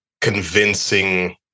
convincing